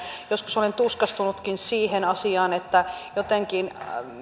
joskus olen tuskastunutkin siihen asiaan että jotenkin